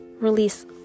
release